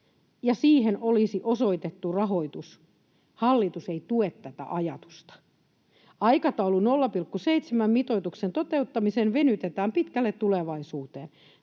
ja siihen olisi osoitettu rahoitus. Hallitus ei tue tätä ajatusta. Aikataulu 0,7:n mitoituksen toteuttamiseen venytetään pitkälle tulevaisuuteen.